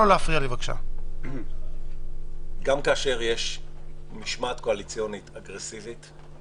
גם כשיש משמעת קואליציונית אגרסיבית,